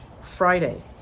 Friday